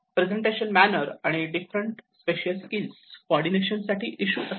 presentation manner आणि different spatial skill coordination साठी issue असतात